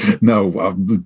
no